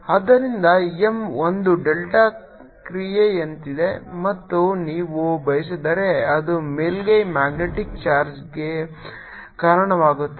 M Hinside MHoutside0B 0H MBinside o M M0Boutside0 ಆದ್ದರಿಂದ M ಒಂದು delta ಕ್ರಿಯೆಯಂತಿದೆ ಅಥವಾ ನೀವು ಬಯಸಿದಲ್ಲಿ ಅದು ಮೇಲ್ಮೈ ಮ್ಯಾಗ್ನೆಟಿಕ್ ಚಾರ್ಜ್ಗೆ ಕಾರಣವಾಗುತ್ತದೆ